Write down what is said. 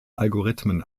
algorithmen